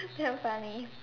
damn funny